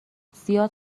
زیاد